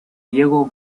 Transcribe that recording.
diego